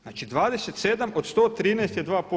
Znači 27 od 113 je 2%